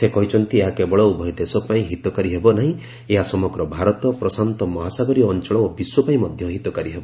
ସେ କହିଛନ୍ତି ଏହା କେବଳ ଉଭୟ ଦେଶ ପାଇଁ ହିତକାରୀ ହେବ ନାହିଁ ଏହା ସମଗ୍ର ଭାରତ ପ୍ରଶାନ୍ତମହାସାଗରୀୟ ଅଞ୍ଚଳ ଓ ବିଶ୍ୱ ପାଇଁ ମଧ୍ୟ ହିତକାରୀ ହେବ